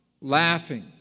laughing